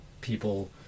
people